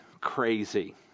crazy